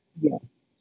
Yes